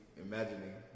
imagining